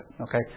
Okay